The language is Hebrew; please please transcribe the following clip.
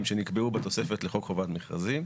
שנקבעו בתוספת לחוק חובת מכרזים,